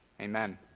Amen